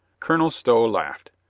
colonel stow laughed.